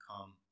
come